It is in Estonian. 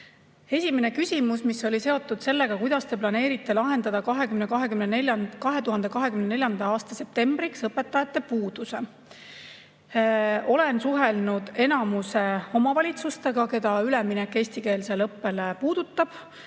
Esimene küsimus on seotud sellega, kuidas me planeerime lahendada 2024. aasta septembriks õpetajate puuduse. Olen suhelnud enamuse omavalitsustega, keda üleminek eestikeelsele õppele puudutab.